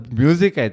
music